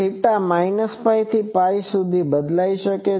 theta Π થી Π સુધી બદલાઇ શકે છે